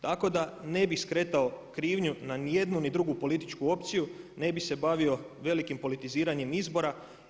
Tako da ne bih skretao krivnju na ni jednu ni drugu političku opciju, ne bi se bavio velikim politiziranjem izbora.